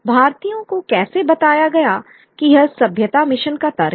भारतीयों को कैसे बताया गया कि यह सभ्यता मिशन का तर्क है